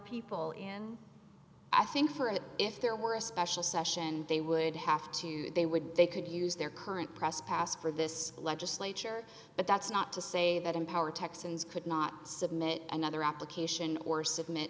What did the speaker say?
people in i think for it if there were a special session they would have to they would they could use their current press pass for this legislature but that's not to say that empower texans could not submit another application or submit